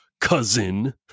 cousin